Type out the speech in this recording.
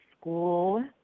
school